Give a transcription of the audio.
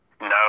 No